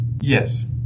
Yes